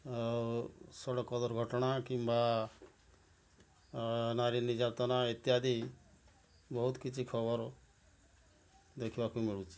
ଆଉ ସଡ଼କ ଦୁର୍ଘଟଣା କିମ୍ବା ନାରୀ ନିର୍ଯାତନା ଇତ୍ୟାଦି ବହୁତ କିଛି ଖବର ଦେଖିବାକୁ ମିଳୁଛି